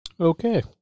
Okay